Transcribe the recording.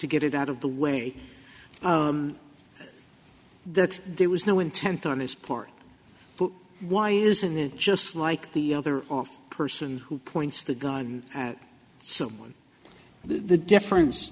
to get it out of the way that there was no intent on his part why isn't it just like the other person who points the gun at someone the difference